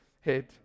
head